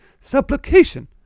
supplication